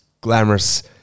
glamorous